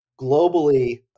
globally